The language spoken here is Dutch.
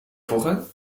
voegen